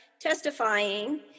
testifying